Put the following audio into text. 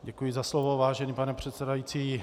Děkuji za slovo, vážený pane předsedající.